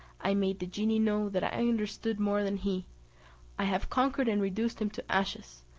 i made the genie know that i understood more than he i have conquered and reduced him to ashes,